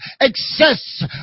excess